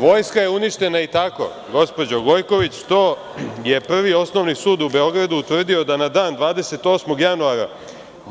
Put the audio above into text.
Vojska je uništena i tako, gospođo Gojković, to je Prvi osnovni sud u Beogradu utvrdio da na dan 28. januara